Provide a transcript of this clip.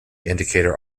indicator